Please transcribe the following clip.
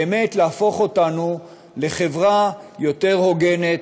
באמת להפוך אותנו לחברה יותר הוגנת,